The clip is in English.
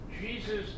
Jesus